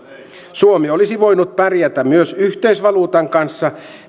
suomi olisi voinut pärjätä myös yhteisvaluutan kanssa